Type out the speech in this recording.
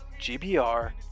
GBR